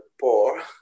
poor